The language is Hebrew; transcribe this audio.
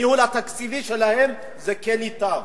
מהניהול התקציבי שלהם, כן ייטב.